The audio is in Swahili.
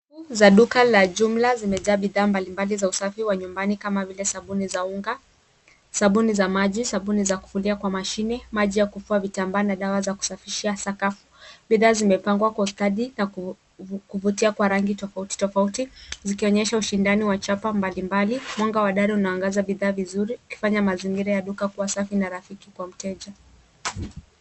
Duka la jumla limejaa bidhaa mbalimbali za usafi wa nyumbani kama vile sabuni za unga, sabuni za maji, sabuni za kuoshea mashine, maji ya kupulizia vitambaa na dawa za kusafishia sakafu. Bidhaa zimepangwa kwa ustadi wa kuvutia kwa rangi tofauti tofauti.